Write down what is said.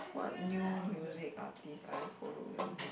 what new music artist I follow on